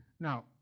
Now